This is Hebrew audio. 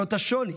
למרות השוני,